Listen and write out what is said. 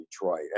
Detroit